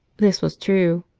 this was true.